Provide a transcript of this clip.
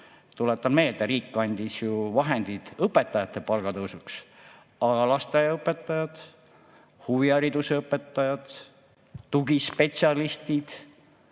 tuletan meelde, et riik andis vahendid õpetajate palga tõusuks, aga lasteaiaõpetajad, huviharidusõpetajad, tugispetsialistid